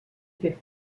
fer